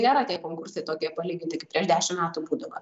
nėra tie konkursai tokie palyginti kaip prieš dešim metų būdavo